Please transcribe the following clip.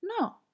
No